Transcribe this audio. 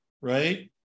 right